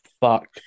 Fuck